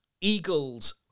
Eagles